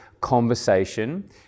conversation